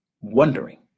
wondering